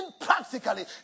practically